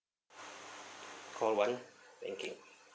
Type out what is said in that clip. call one banking